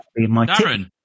Darren